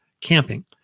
camping